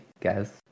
guys